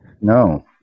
No